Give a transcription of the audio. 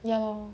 ya lor